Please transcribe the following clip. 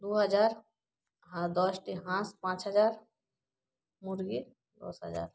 দু হাজার আর দশটি হাঁস পাঁচ হাজার মুরগি দশ হাজার